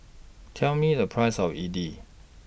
Tell Me The Price of Idili